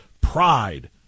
pride